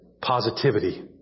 positivity